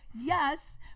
yes